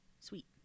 sweet